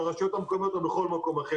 ברשויות המקומיות ובכל מקום אחר.